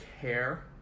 care